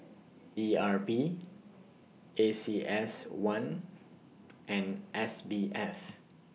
E R P A C S one and S B F